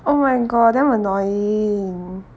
oh my god damn annoying